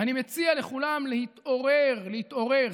ואני מציע לכולם להתעורר, להתעורר.